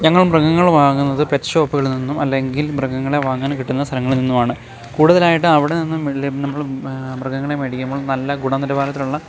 ഞങ്ങൾ മൃഗങ്ങളെ വാങ്ങുന്നത് പെറ്റ് ഷോപ്പുകളിൽ നിന്നും അല്ലെങ്കിൽ മൃഗങ്ങളെ വാങ്ങാൻ കിട്ടുന്ന സ്ഥലങ്ങളിൽ നിന്നുമാണ് കൂടുതലായിട്ട് അവിടെ നിന്നും വലിയ നമ്മൾ മൃഗങ്ങളെ മേടിക്കുമ്പോൾ നല്ല ഗുണ നിലവാരത്തിലുള്ള